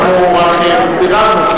אנחנו רק ביררנו,